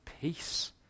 peace